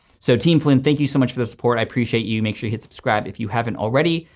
so team flynn, thank you so much for the support. i appreciate you. make you hit subscribe if you haven't already.